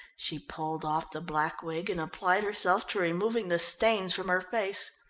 she pulled off the black wig and applied herself to removing the stains from her face.